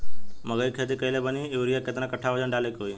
मकई के खेती कैले बनी यूरिया केतना कट्ठावजन डाले के होई?